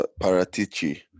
Paratici